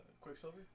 Quicksilver